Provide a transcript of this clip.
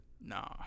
Nah